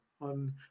on